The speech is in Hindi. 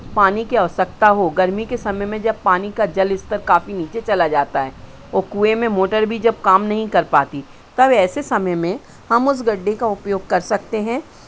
पानी की आवश्यकता हो गर्मी के समय में जब पानी का जल स्तर काफी नीचे चला जाता है और कुएँ में मोटर भी जब काम नहीं कर पाती तब ऐसे समय में हम उस गड्ढे का उपयोग कर सकते हैं